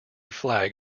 flag